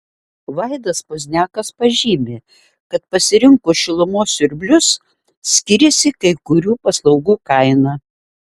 vaidas pozniakas pažymi kad pasirinkus šilumos siurblius skiriasi kai kurių paslaugų kaina